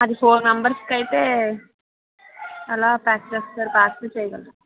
అది four members కి అయితే అలా పార్సిల్ చేయగలరు